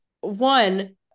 One